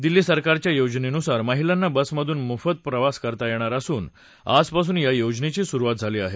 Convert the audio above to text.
दिल्ली सरकारच्या योजनेनुसार महिलांना बसमधून मोफत प्रवास करता येणार असून आजपासून या योजनेची सुरुवात झाली आहे